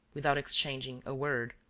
without exchanging a word.